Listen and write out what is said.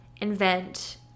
invent